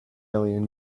alien